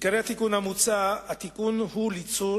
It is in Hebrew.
עיקרי התיקון המוצע: התיקון הוא ליצור